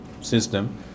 system